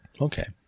Okay